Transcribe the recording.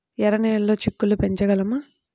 ఎర్ర నెలలో చిక్కుళ్ళు పెంచగలమా?